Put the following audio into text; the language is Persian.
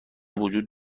وجود